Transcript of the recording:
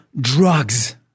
drugs